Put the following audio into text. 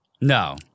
No